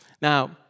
Now